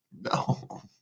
No